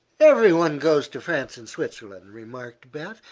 everybody goes to france and switzerland, remarked beth.